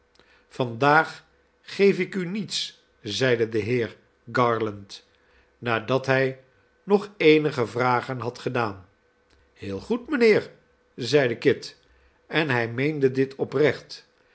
vandaag geef ik u niets zeide de heer garland nadat hij nog eenige vragen had gedaan heel goed mijnheer zeide kit en hij meende dit oprecht